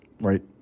right